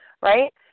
right